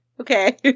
Okay